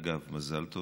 אגב, מזל טוב.